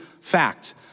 fact